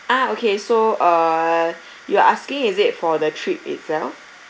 ah okay so uh you are asking is it for the trip itself